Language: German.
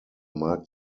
mag